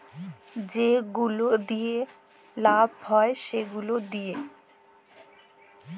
যে গুলা দিঁয়া হ্যয় লায় সে গুলা দিঁয়া